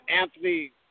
Anthony